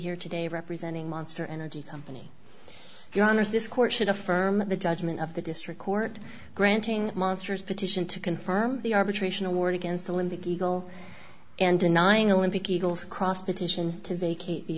here today representing monster energy company your honour's this court should affirm the judgment of the district court granting monsters petition to confirm the arbitration award against olympic eagle and denying olympic eagles cross petition to vacate the